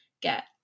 get